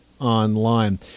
online